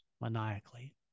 maniacally